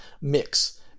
mix